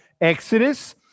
Exodus